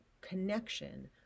connection